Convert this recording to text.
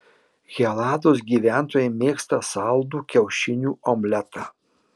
helados gyventojai mėgsta saldų kiaušinių omletą